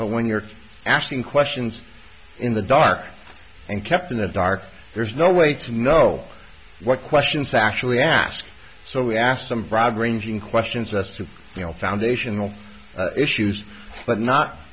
but when you're asking questions in the dark and kept in the dark there's no way to know what questions actually ask so we asked some broad ranging questions us to the foundational issues but not